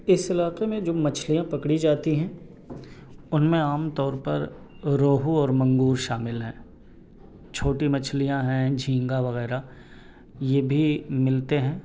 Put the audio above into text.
اس علاقے میں جو مچھلیاں پکڑی جاتی ہیں ان میں عام طور پر روہو اور منگور شامل ہے چھوٹی مچھلیاں ہیں جھینگا وغیرہ یہ بھی ملتے ہیں